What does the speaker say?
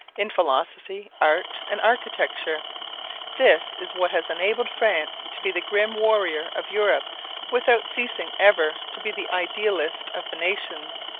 in philosophy, art, and architecture this is what has enabled france to be the grim warrior of europe without ceasing ever to be the idealist of the nations.